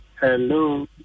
Hello